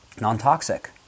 non-toxic